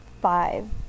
five